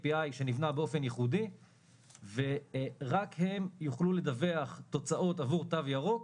שנבנה באופן ייחודי ורק הם יוכלו לדווח תוצאות עבור תו ירוק,